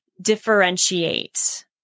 differentiate